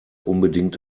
unbedingt